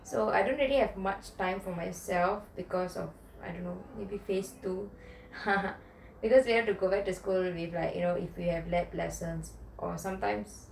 so I don't really have much time for myself because of I don't know maybe phase two because we have to go back to school if we have lab lessons or sometimes